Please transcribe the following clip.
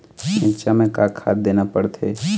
मिरचा मे का खाद देना पड़थे?